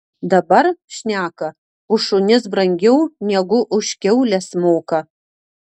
dabar šneka už šunis brangiau negu už kiaules moka